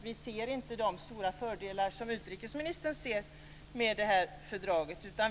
Vi ser inte de stora fördelar som utrikesministern ser med det här fördraget.